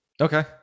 Okay